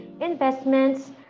investments